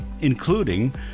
including